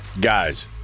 Guys